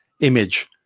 image